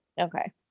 Okay